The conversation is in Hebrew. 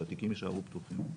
שהתיקים יישארו פתוחים.